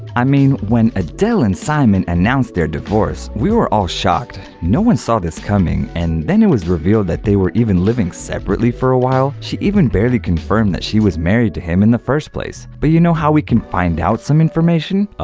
i mean when adele and simon konecki announced their divorce, we were all shocked! no one saw this coming and then it was revealed that they were even living separately for a while! she even barely confirmed that she was married to him in the first place! but you know how we can find some information!